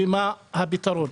ומה הפתרון?